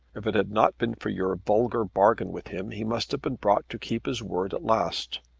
if it had not been for your vulgar bargain with him, he must have been brought to keep his word at last.